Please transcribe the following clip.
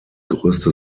größte